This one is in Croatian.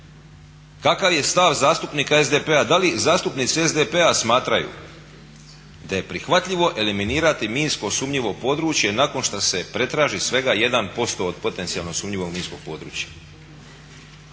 Kakav je stav zastupnika SDP-a, da li zastupnici SDP-a smatraju da je prihvatljivo eliminirati minsko sumnjivo područje nakon šta se pretraži svega 1% od potencijalno sumnjivog minskog područja?